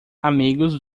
amigos